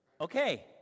Okay